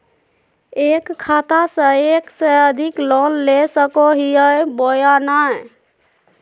एक खाता से एक से अधिक लोन ले सको हियय बोया नय?